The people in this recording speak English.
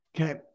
Okay